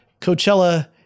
Coachella